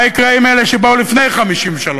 מה יקרה עם אלה שבאו לפני 1953?